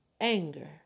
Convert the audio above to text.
anger